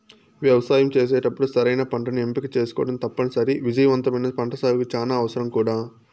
వ్యవసాయం చేసేటప్పుడు సరైన పంటను ఎంపిక చేసుకోవటం తప్పనిసరి, విజయవంతమైన పంటసాగుకు చానా అవసరం కూడా